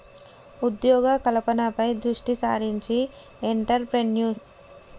ఉద్యోగ కల్పనపై దృష్టి సారించి ఎంట్రప్రెన్యూర్షిప్ ప్రోత్సహించాలనే స్టాండప్ ఇండియా స్కీమ్ లక్ష్యం